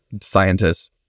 scientists